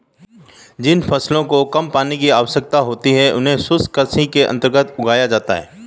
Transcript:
जिन फसलों को कम पानी की आवश्यकता होती है उन्हें शुष्क कृषि के अंतर्गत उगाया जाता है